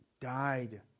died